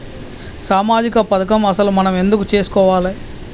సామాజిక పథకం అసలు మనం ఎందుకు చేస్కోవాలే?